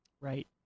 Right